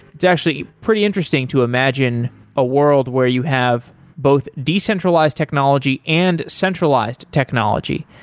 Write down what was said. it's actually pretty interesting to imagine a world where you have both decentralized technology and centralized technology.